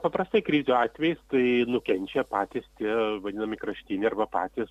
paprastai krizių atvejais tai nukenčia patys tie vadinami kraštiniai arba patys